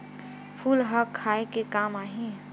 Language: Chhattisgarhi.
फूल ह खाये के काम आही?